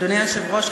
אדוני היושב-ראש,